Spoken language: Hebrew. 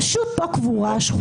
פשוט פה קבורה השחיתות שלנו.